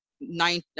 nine